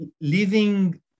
living